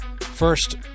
First